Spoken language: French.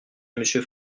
monsieur